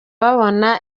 babona